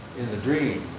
in the dream,